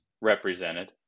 represented